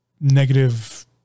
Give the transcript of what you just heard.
negative